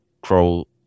grow